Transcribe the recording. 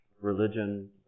religion